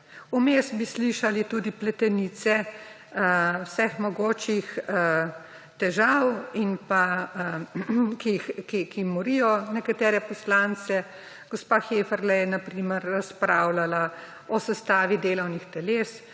Vmes bi slišali tudi pletenice vseh mogočih težav, ki morijo nekatere poslance. Gospa Heferle je na primer razpravljala o sestavi delovnih teles,